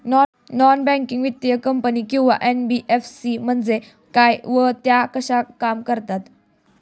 Non banking वित्तीय company किंवा NBFC म्हणजे काय व त्या कशा काम करतात?